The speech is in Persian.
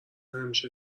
همیشه